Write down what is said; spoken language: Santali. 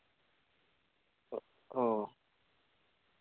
ᱚ